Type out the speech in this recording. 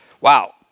wow